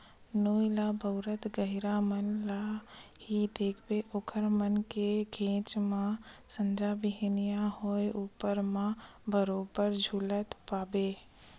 नोई ल बउरत गहिरा मन ल ही देखबे ओखर मन के घेंच म संझा बिहनियां होय ऊपर म बरोबर झुलत पाबे